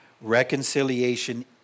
Reconciliation